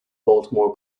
baltimore